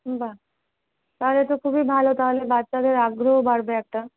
বাহ তাহলে তো খুবই ভালো তাহলে বাচ্চাদের আগ্রহও বাড়বে একটা